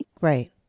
Right